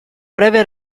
breve